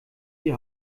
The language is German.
die